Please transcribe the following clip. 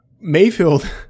Mayfield